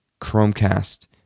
Chromecast